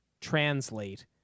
translate